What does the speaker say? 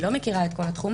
אני לא מכירה את כל התחום,